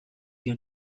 you